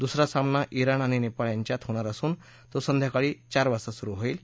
दुसरा सामना जिण आणि नेपाळ यांच्यात होणार असून तो संध्याकाळी चार वाजता सुरु होईल